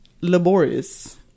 laborious